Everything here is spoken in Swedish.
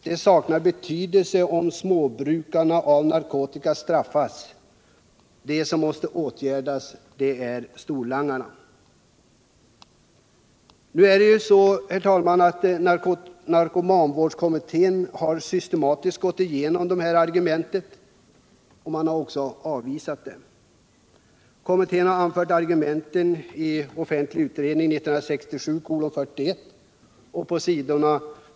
Det saknar betydelse om småförbrukarna av narkotika straffas — de som måste åtgärdas är storlangarna. Narkomanvårdskommittén har systematiskt gått igenom dessa argument och avvisat dem. Kommittén har anfört argumenten i SOU 1967:41,s.